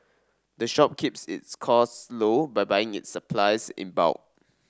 the shop keeps its costs low by buying its supplies in bulk